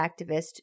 activist